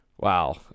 Wow